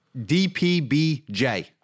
dpbj